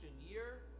year